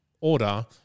order